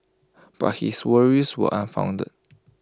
but his worries were unfounded